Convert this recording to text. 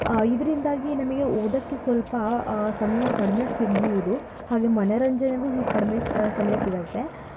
ಇದರಿಂದಾಗಿ ನಮಗೆ ಓದಕ್ಕೆ ಸ್ವಲ್ಪ ಸಮಯ ಕಡಿಮೆ ಸಿಗ್ಬೋದು ಹಾಗೆ ಮನೋರಂಜನೆಗೂ ಹೀಗೆ ಕಡಿಮೆ ಸಮಯ ಸಿಗತ್ತೆ